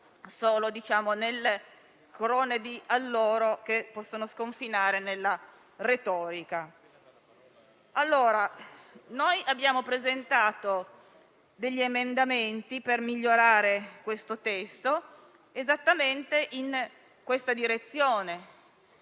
solo nelle corone di alloro, che possono sconfinare nella retorica. Abbiamo presentato alcuni emendamenti per migliorare questo testo esattamente in questa direzione,